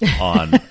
on